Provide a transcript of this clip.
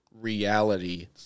reality